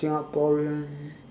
singaporean